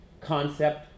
concept